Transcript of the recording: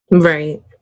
Right